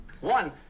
One